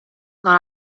non